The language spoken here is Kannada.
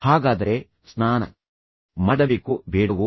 ಹಾಗಾದರೆ ಸ್ನಾನ ಮಾಡಬೇಕೋ ಬೇಡವೋ